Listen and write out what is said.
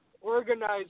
organize